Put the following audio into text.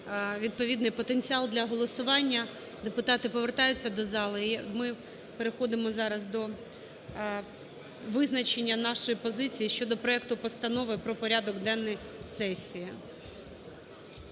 відповідний потенціал для голосування. Депутати повертаються до зали, і ми переходимо зараз до визначення нашої позиції щодо проекту Постанови про порядок денний сесії.